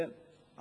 כן?